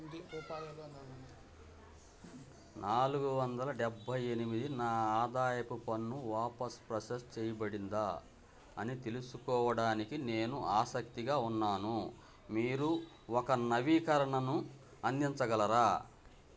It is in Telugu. నాలుగు వందల డెబ్బై ఎనిమిది నా ఆదాయపు పన్ను వాపస్ ప్రసెస్ చేయబడిందా అని తెలుసుకోవడానికి నేను ఆసక్తిగా ఉన్నాను మీరు ఒక నవీకరణను అందించగలరా